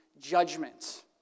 judgment